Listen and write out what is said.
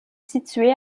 situé